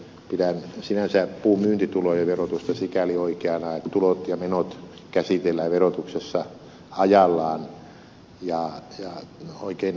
pidän sinänsä puun myyntitulojen verotusta sikäli oikeana että tulot ja menot käsitellään verotuksessa ajallaan ja oikeina lukuina